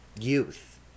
youth